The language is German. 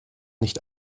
nicht